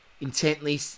intently